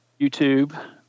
YouTube